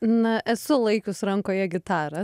na esu laikius rankoje gitarą